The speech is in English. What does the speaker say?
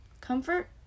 Comfort